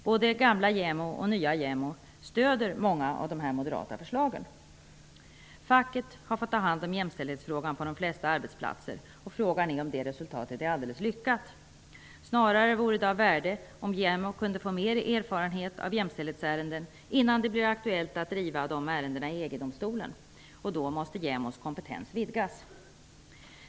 Både gamla JämO och nya JämO stöder många av dessa moderata förslag. Facket har fått ta hand om jämställdhetsfrågan på de flesta arbetsplatser. Frågan är om det resultatet är alldeles lyckat. Snarare vore det av värde om JämO kunde får mer erarenhet av jämställdhetsärenden innan det blir aktuellt att driva jämställdhetsärenden i EG-domstolen. Då måste JämO:s kompetens vidgas.